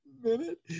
minute